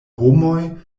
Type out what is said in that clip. homoj